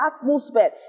atmosphere